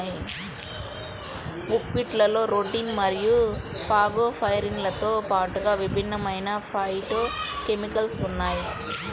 బుక్వీట్లో రుటిన్ మరియు ఫాగోపైరిన్లతో పాటుగా విభిన్నమైన ఫైటోకెమికల్స్ ఉన్నాయి